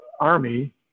army